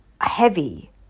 heavy